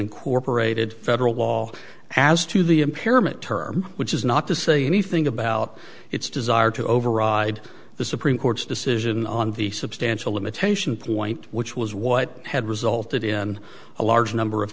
incorporated federal law as to the impairment term which is not to say anything about its desire to override the supreme court's decision on the substantial limitation point which was what had resulted in a large number of